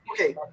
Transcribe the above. Okay